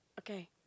okay